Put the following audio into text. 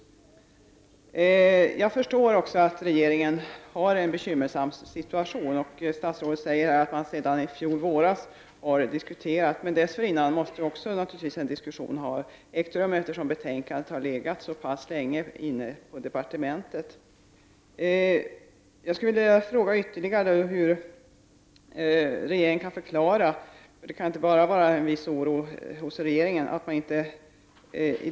Jag förstår också att regeringen befinner sig i en bekymmersam situation. Statsrådet säger att man har diskuterat den här frågan sedan i våras. Det måste ha ägt rum diskussioner redan dessförinnan, eftersom betänkandet har legat så pass länge hos departementet. Jag skulle vilja fråga hur regeringen kan förklara att man i dag inte ens kan sätta gränser för de experiment som redan pågår.